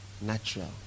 natural